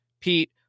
Pete